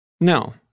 no